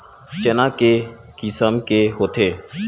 चना के किसम के होथे?